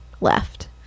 left